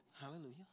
Hallelujah